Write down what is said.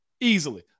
easily